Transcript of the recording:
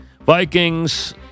Vikings